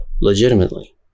legitimately